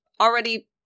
already